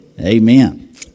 Amen